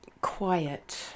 quiet